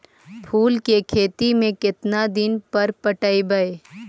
फूल के खेती में केतना दिन पर पटइबै?